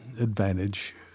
advantage